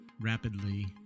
rapidly